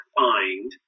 find